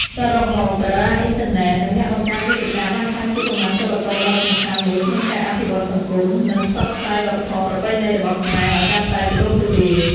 សរុបមក តារាអុីនធឺណិត និងអ្នកបង្កើតមាតិកាបានក្លាយជាកម្លាំងចលករដ៏សំខាន់មួយក្នុងការអភិវឌ្ឍសង្គម និងផ្សព្វផ្សាយវប្បធម៌ប្រពៃណីរបស់ខ្មែរឱ្យកាន់តែទូលំទូលាយ។